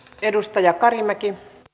edustaja kari mäki j